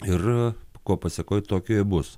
ir ko pasekoj tokijoj bus